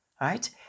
right